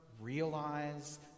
realize